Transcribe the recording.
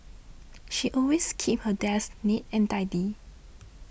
she always keeps her desk neat and tidy